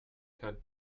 kann